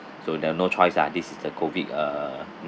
so there are no choice ah this is the COVID uh mm